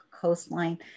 coastline